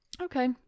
okay